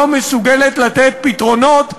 לא מסוגלת לתת פתרונות,